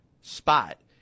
spot